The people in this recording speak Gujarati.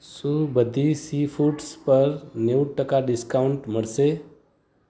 શું બધી સી ફૂડ્સ પર નેવું ટકા ડિસ્કાઉન્ટ મળશે